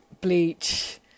bleach